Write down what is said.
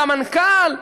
סמנכ"ל,